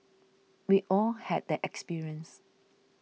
we all had that experience